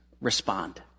respond